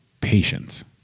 patience